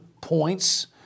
points